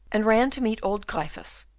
and ran to meet old gryphus,